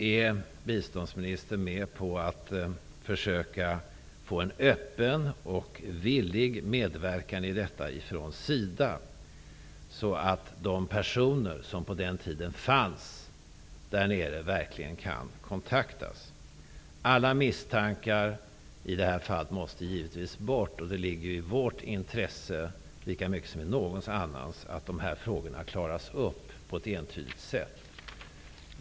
Är biståndsministern med på att försöka få till stånd en öppen och villig medverkan i detta arbete från SIDA så att de personer som fanns där nere på den tiden verkligen kan kontaktas? Alla misstankar måste bort. Det ligger i vårt intresse lika mycket som i någon annans att frågorna klaras upp på ett entydigt sätt.